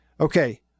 okay